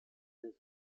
ende